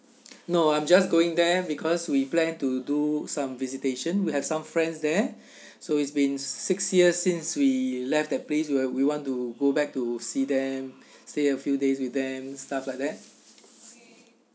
no I'm just going there because we plan to do some visitation will have some friends there so it's been six years since we left that place where we want to go back to see them stay a few days with them stuff like that